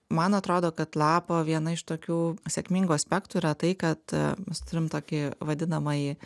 man atrodo kad lapo viena iš tokių sėkmingų aspektų yra tai kad mes turim tokį vadinamąjį